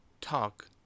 Talk